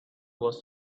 was